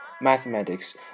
mathematics